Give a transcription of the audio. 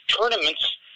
tournaments